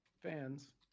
fans